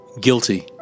Guilty